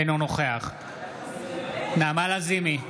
אינו נוכח נעמה לזימי,